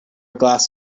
glass